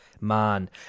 man